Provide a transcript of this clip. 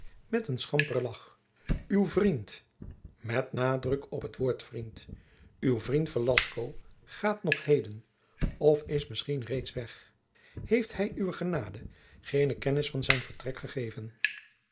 met een schamperen lagch uw vriend met nadruk op het woord vriend uw vriend velasco gaat nog heden of is misschien reeds weg heeft hij uwe genade geene kennis van zijn vertrek gegeven